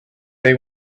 they